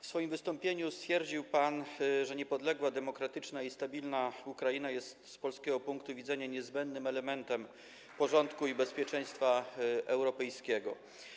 W swoim wystąpieniu stwierdził pan, że niepodległa, demokratyczna i stabilna Ukraina jest z polskiego punktu widzenia niezbędnym elementem porządku i bezpieczeństwa europejskiego.